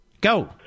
Go